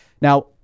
Now